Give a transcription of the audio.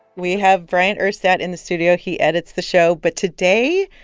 we have bryant urstadt in the studio. he edits the show. but today,